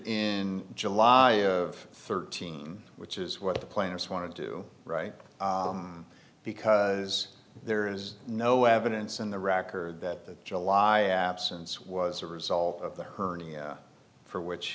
in july of thirteen which is what the plaintiffs want to do right because there is no evidence in the record that the july absence was a result of the hernia for which